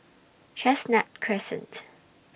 Chestnut Crescent